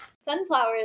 sunflowers